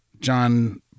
John